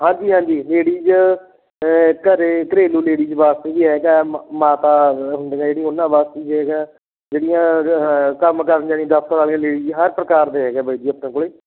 ਹਾਂਜੀ ਹਾਂਜੀ ਲੇਡੀਜ ਘਰ ਘਰੇਲੂ ਲੇਡੀਜ ਵਾਸਤੇ ਵੀ ਹੈਗਾ ਮ ਮਾਤਾ ਹੁੰਦੀਆਂ ਜਿਹੜੀ ਉਹਨਾਂ ਵਾਸਤੇ ਵੀ ਹੈਗਾ ਜਿਹੜੀਆਂ ਕੰਮ ਕਰਨ ਜਾਣੀ ਦਫਤਰ ਵਾਲੀਆਂ ਲੇਡੀਜ਼ ਹਰ ਪ੍ਰਕਾਰ ਦੇ ਹੈਗੇ ਬਾਈ ਜੀ ਆਪਣੇ ਕੋਲ